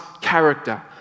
character